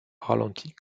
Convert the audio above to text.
ralentit